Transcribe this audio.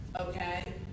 Okay